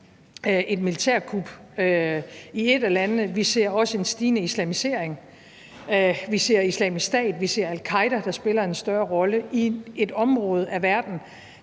et militærkup i et af landene; vi ser også en stigende islamisering, vi ser Islamisk Stat, vi ser al-Qaeda, der spiller en større rolle i et område af verden,